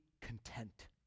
content